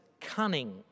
cunning